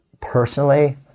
personally